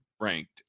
ranked